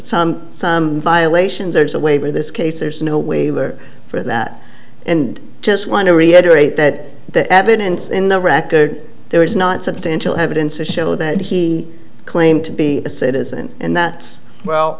some some violations or waiver this case there's no waiver for that and just want to reiterate that the evidence in the record there is not substantial evidence to show that he claimed to be a citizen and that well